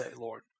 Lord